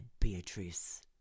Beatrice